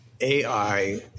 AI